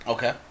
Okay